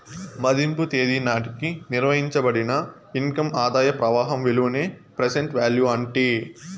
మదింపు తేదీ నాటికి నిర్వయించబడిన ఇన్కమ్ ఆదాయ ప్రవాహం విలువనే ప్రెసెంట్ వాల్యూ అంటీ